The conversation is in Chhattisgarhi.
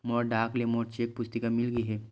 मोला डाक ले मोर चेक पुस्तिका मिल गे हे